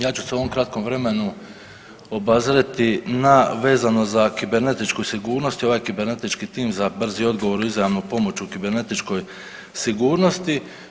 Ja ću se u ovom kratkom vremenu obazreti na vezano za kibernetičku sigurnost i ovaj kibernetički tim za brzi odgovor i izravnu pomoć u kibernetičkoj sigurnosti.